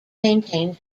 maintains